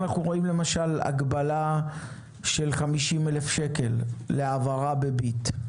אנחנו רואים הגבלה של 50,000 שקל להעברה ב"ביט".